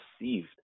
received